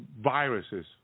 viruses